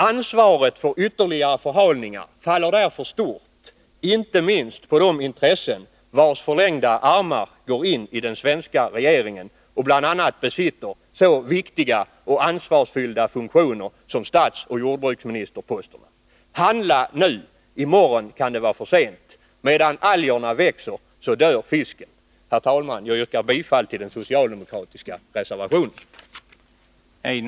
Ansvaret för ytterligare förhalningar faller därför stort inte minst på de intressen, vilkas förlängda armar går in i den svenska regeringen och där bl.a. besitter så viktiga och ansvarsfyllda funktioner som statsoch jordbruksministerposterna. Handla nu — i morgon kan det var för sent! Medan algerna växer dör fisken. Herr talman! Jag yrkar bifall till den socialdemokratiska reservationen.